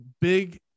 big